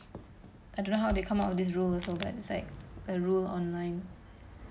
I don't know how they come out of this rule also but it's like a rule online